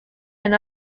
and